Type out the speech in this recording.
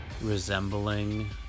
Resembling